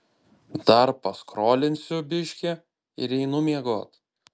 dar paskrolinsiu biškį ir einu miegot